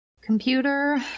Computer